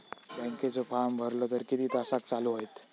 बँकेचो फार्म भरलो तर किती तासाक चालू होईत?